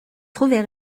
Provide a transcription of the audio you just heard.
trouvait